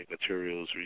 materials